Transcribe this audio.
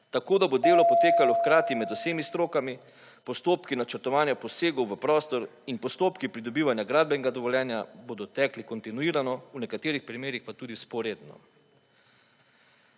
tako, da bo delo potekalo hkrati med vsemi strokami, postopki načrtovanja posegov v prostor in postopki pridobivanja gradbenega dovoljenja bodo tekli kontinuirano v nekaterih primerih pa tudi vzporedno.